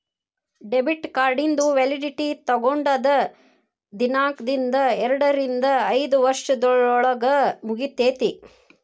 debit ಕಾರ್ಡಿಂದು validity ತೊಗೊಂಡದ್ ದಿನಾಂಕ್ದಿಂದ ಎರಡರಿಂದ ಐದ್ ವರ್ಷದೊಳಗ ಮುಗಿತೈತಿ